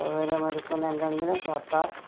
സൗകര്യം ഒരുക്കുന്ന എന്തെങ്കിലും സർക്കാർ